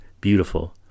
Beautiful